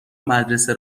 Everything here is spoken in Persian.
مدرسه